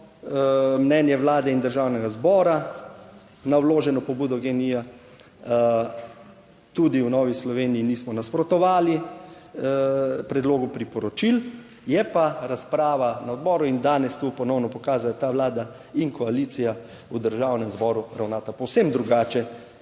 mnenje Vlade in Državnega zbora, na vloženo pobudo GEN-I-ja. Tudi v Novi Sloveniji nismo nasprotovali predlogu priporočil, je pa razprava na odboru in danes tu ponovno pokazala, da ta Vlada in koalicija v Državnem zboru ravnata povsem drugače,